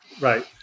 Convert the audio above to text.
Right